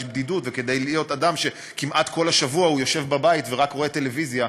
בדידות וכדי להיות אדם שכמעט כל השבוע הוא יושב בבית ורק רואה טלוויזיה,